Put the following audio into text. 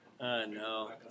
No